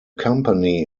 company